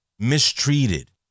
mistreated